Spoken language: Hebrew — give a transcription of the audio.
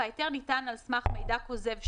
(א)ההיתר ניתן על סמך מידע כוזב,